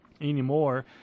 anymore